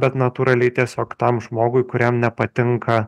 bet natūraliai tiesiog tam žmogui kuriam nepatinka